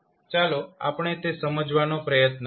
ચાલો આપણે તે સમજવાનો પ્રયત્ન કરીએ